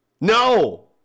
No